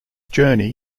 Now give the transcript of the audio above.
journey